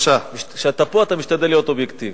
כשאתה פה, אתה משתדל להיות אובייקטיבי.